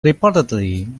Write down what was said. reportedly